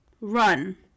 run